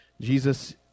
Jesus